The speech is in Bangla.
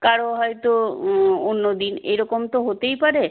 কারও হয়তো অন্য দিন এরকম তো হতেই পারে